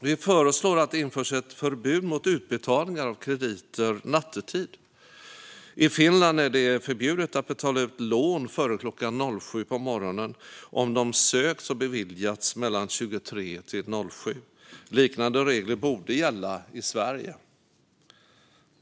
Vi föreslår att det införs ett förbud mot utbetalningar av krediter nattetid. I Finland är det förbjudet att betala ut lån före klockan 7 på morgonen om de sökts och beviljats mellan 23 och 7. Liknande regler borde gälla i Sverige.